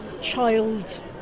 child